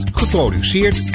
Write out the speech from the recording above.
geproduceerd